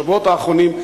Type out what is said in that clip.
בשבועות האחרונים,